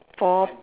for